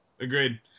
agreed